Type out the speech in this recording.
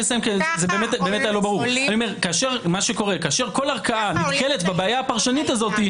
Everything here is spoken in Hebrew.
מה שקורה זה שכאשר כל ערכאה נתקלת בבעיה הפרשנית הזאת,